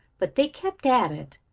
but they kept at it,